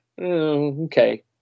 okay